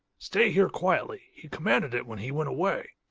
stay here quietly, he commanded it when he went away.